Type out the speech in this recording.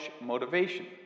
motivation